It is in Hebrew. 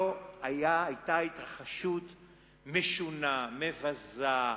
לא היתה התרחשות משונה, מבזה,